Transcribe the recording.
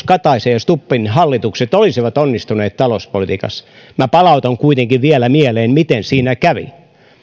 kataisen ja stubbin hallitukset olisivat onnistuneet talouspolitiikassa minä palautan kuitenkin vielä mieleen miten siinä kävi